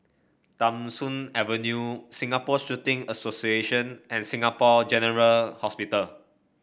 Tham Soong Avenue Singapore Shooting Association and Singapore General Hospital